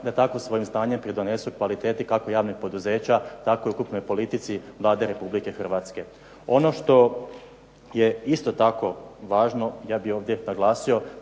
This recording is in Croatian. da tako svojim znanjem pridonesu kvaliteti kako javnih poduzeća tako i ukupnoj politici Vlade Republike Hrvatske. Ono što je isto tako važno ja bih ovdje naglasio